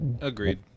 Agreed